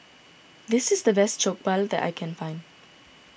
this is the best Jokbal that I can find